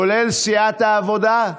כולל סיעת העבודה?